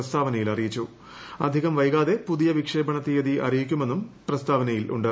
പ്രസ്താവനയിൽ വൈകാതെ പുതിയ വിക്ഷേപണ്ട് തീയതി അറിയിക്കുമെന്നും പ്രസ്താവനയിലുണ്ട്